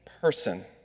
person